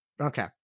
Okay